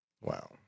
Wow